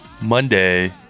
Monday